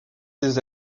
des